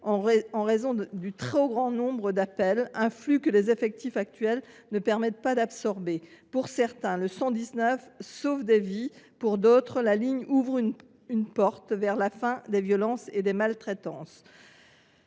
en raison d’un flux d’appels trop nombreux, que les effectifs actuels ne permettent pas d’absorber. Pour certains, le 119 sauve des vies ; pour d’autres, la ligne ouvre une porte vers la fin des violences et des maltraitances.